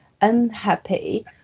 unhappy